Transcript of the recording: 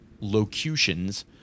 locutions